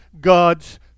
God's